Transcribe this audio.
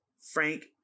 Frank